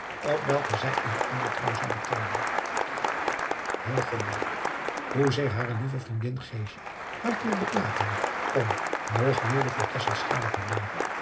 op welken zij in ondertrouw zouden treden hoezeer hare lieve vriendin hartelijk beklagende kon noch wilde voor verbergen